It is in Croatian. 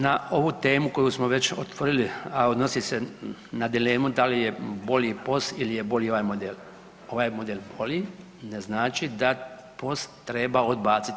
Na ovu temu koju smo već otvorili, a odnosi se na dilemu da li je bolji POS ili je bolji ovaj model, ovaj model bolji ne znači da POS treba odbaciti.